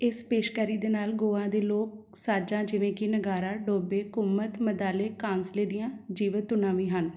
ਇਸ ਪੇਸ਼ਕਾਰੀ ਦੇ ਨਾਲ ਗੋਆ ਦੇ ਲੋਕ ਸਾਜ਼ਾਂ ਜਿਵੇਂ ਕਿ ਨਗਾਰਾ ਡੋਬੇ ਕੁਮਤ ਮਦਾਲੇ ਕਾਂਸਲੇ ਦੀਆਂ ਜੀਵਤ ਧੁਨਾਂ ਵੀ ਹਨ